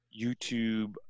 YouTube